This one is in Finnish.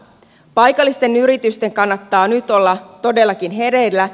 paikallisten yritysten kannattaa nyt olla todellakin hereillä